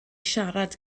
siarad